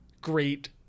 Great